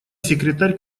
секретарь